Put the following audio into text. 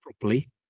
properly